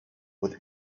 with